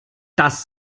das